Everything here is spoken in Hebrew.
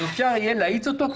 אפשר יהיה להאיץ אותו.